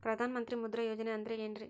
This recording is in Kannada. ಪ್ರಧಾನ ಮಂತ್ರಿ ಮುದ್ರಾ ಯೋಜನೆ ಅಂದ್ರೆ ಏನ್ರಿ?